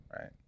Right